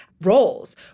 roles